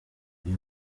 iyi